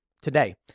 today